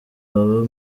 baba